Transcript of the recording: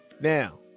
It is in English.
Now